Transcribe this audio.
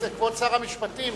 כבוד שר המשפטים,